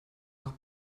noch